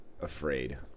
afraid